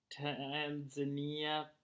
Tanzania